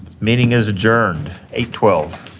meeting is adjourned, eight twelve.